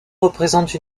représente